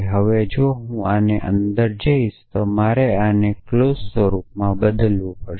હવે જો હું આને અંદર જઈશ તો મારે આને ક્લોઝ સ્વરૂપમાં બદલવું પડશે